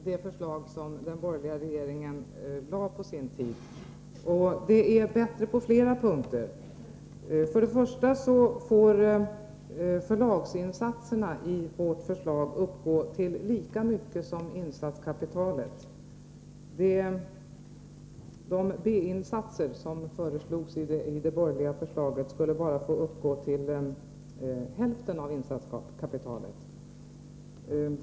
Herr talman! Jag håller fast vid att detta förslag, på flera punkter, är bättre än det förslag som den borgerliga regeringen på sin tid lade fram. Förlagsinsatserna får i vårt förslag uppgå till lika mycket som insatskapitalet. B-insatserna i det borgerliga förslaget skulle bara få uppgå till hälften av insatskapitalet.